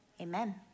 amen